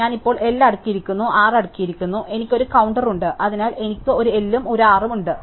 ഞാൻ ഇപ്പോൾ L അടുക്കിയിരിക്കുന്ന R അടുക്കിയിരിക്കുന്നു എനിക്ക് ഒരു കൌണ്ടർ ഉണ്ട് അതിനാൽ എനിക്ക് ഒരു L ഉം ഒരു R ഉം ഉണ്ട്